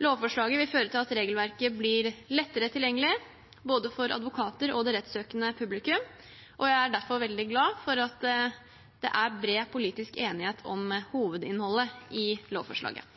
Lovforslaget vil føre til at regelverket blir lettere tilgjengelig både for advokater og det rettssøkende publikum. Jeg er derfor veldig glad for at det er bred politisk enighet om hovedinnholdet i lovforslaget.